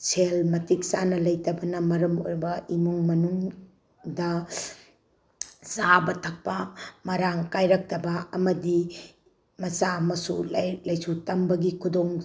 ꯁꯦꯜ ꯃꯇꯤꯛ ꯆꯥꯅ ꯂꯩꯇꯕꯅ ꯃꯔꯝ ꯑꯣꯏꯕ ꯏꯃꯨꯡ ꯃꯅꯨꯡꯗ ꯆꯥꯕ ꯊꯛꯄ ꯃꯔꯥꯡ ꯀꯥꯏꯔꯛꯇꯕ ꯑꯃꯗꯤ ꯃꯆꯥ ꯃꯁꯨ ꯂꯥꯏꯔꯤꯛ ꯂꯥꯏꯁꯨ ꯇꯝꯕꯒꯤ ꯈꯨꯗꯣꯡ